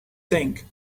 think